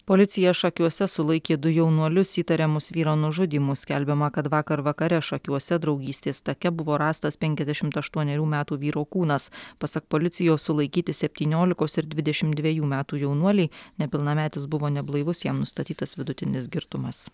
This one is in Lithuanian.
policija šakiuose sulaikė du jaunuolius įtariamus vyro nužudymu skelbiama kad vakar vakare šakiuose draugystės take buvo rastas penkiasdešimt aštuonerių metų vyro kūnas pasak policijos sulaikyti septyniolikos ir dvidešimt dvejų metų jaunuoliai nepilnametis buvo neblaivus jam nustatytas vidutinis girtumas